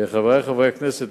חברי חברי הכנסת,